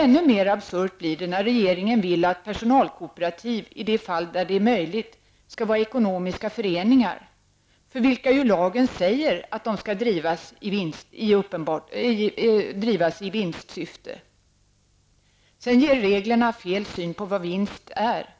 Ännu mer absurt blir det när regeringen vill att personalkooperativ, i de fall det är möjligt, skall vara ekonomiska föreningar, för vilka lagen ju säger att de skall drivas i vinstsyfte. Därutöver ger reglerna fel syn på vad vinst är.